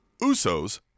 Uso's